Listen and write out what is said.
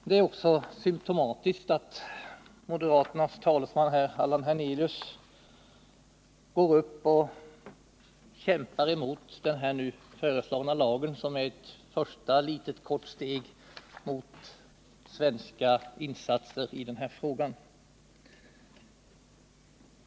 Det är symtomatiskt att moderaternas talesman Allan Hernelius går upp och kämpar emot den nu föreslagna lagen, som är ett första kort steg på vägen mot svenska insatser i denna fråga.